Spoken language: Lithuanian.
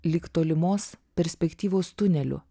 lyg tolimos perspektyvos tuneliu